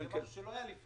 זה משהו שלא היה לפני.